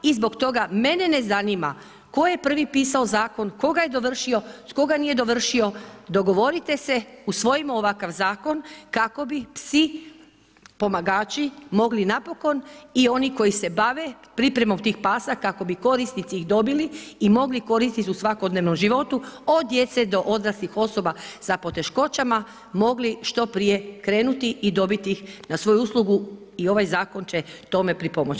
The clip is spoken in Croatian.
I zbog toga mene ne zanima tko je prvi pisao zakon, tko ga je dovršio, tko ga nije dovršio, dogovorite se, usvojimo ovakav zakon kako bi psi pomagači mogli napokon i oni koji se bave pripremom tih pasa kako bi korisnici ih dobili i mogli koristiti u svakodnevnom životu od djece do odraslih osoba sa poteškoćama mogli što prije krenuti i dobiti ih na svoju uslugu i ovaj zakon će tome pripomoći.